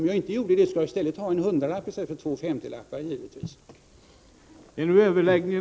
Om jag inte gjorde det skulle jag ha en hundralapp i stället för två femtiolappar.